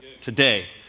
today